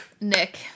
nick